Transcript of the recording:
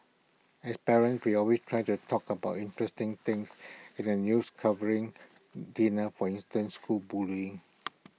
as parents we always try to talk about interesting things in the news covering dinner for instance school bullying